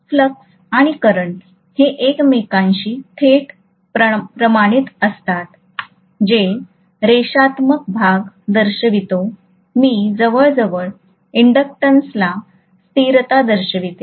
तर फ्लक्स आणि करंट हे एकमेकांशी थेट प्रमाणित असतात जे रेषात्मक भाग दर्शवितो मी जवळजवळ ईंडक्टंसला स्थिरता दर्शवितो